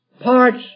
parts